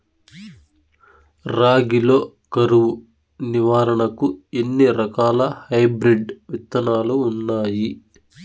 రాగి లో కరువు నివారణకు ఎన్ని రకాల హైబ్రిడ్ విత్తనాలు ఉన్నాయి